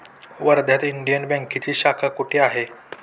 वर्ध्यात इंडियन बँकेची शाखा कुठे आहे?